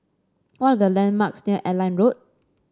what are the landmarks near Airline Road